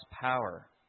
power